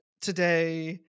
today